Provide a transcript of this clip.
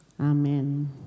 Amen